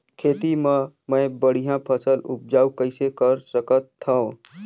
खेती म मै बढ़िया फसल उपजाऊ कइसे कर सकत थव?